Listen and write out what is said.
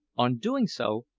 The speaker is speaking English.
on doing so,